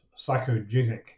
psychogenic